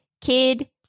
Kid